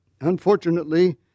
Unfortunately